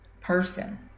person